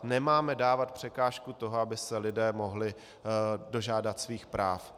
Nemáme dávat překážku toho, aby se lidé mohli dožádat svých práv.